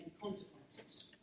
consequences